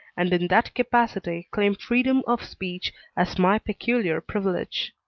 and in that capacity claim freedom of speech as my peculiar privilege.